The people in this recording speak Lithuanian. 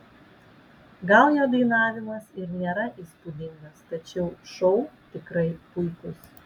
gal jo dainavimas ir nėra įspūdingas tačiau šou tikrai puikus